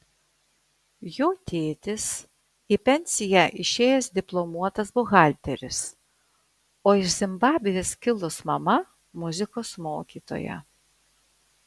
jo tėtis į pensiją išėjęs diplomuotas buhalteris o iš zimbabvės kilus mama muzikos mokytoja